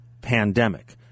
pandemic